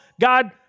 God